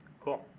Cool